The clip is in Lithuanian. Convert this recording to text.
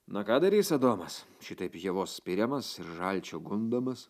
na ką darys adomas šitaip ievos spiriamas ir žalčio gundomas